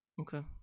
okay